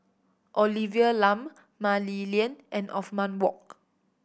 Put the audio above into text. Olivia Lum Mah Li Lian and Othman Wok